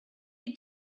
you